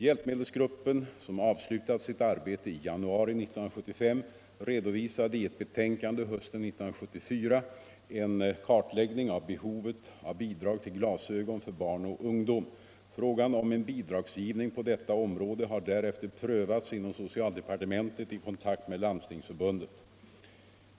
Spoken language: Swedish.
Hjälpmedelsgruppen, som avslutat sitt arbete i januari 1975, redovisade i ett betänkande hösten 1974 en kartläggning av behovet av bidrag till glasögon för barn och ungdom. Frågan om en bidragsgivning på detta område har därefter prövats inom socialdepartementet i kontakt med Landstingsförbundet.